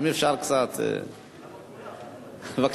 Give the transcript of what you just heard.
אם אפשר קצת, בבקשה.